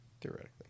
Theoretically